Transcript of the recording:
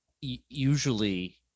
usually